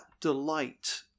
delight